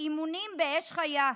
אימונים באש חיה,